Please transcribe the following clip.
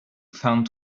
found